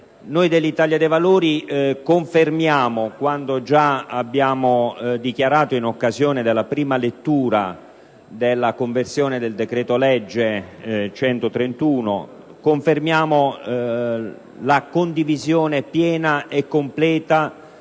Noi dell'Italia dei Valori confermiamo quanto già dichiarato in occasione della prima lettura della conversione del decreto-legge n. 131, ossia la nostra condivisione piena e completa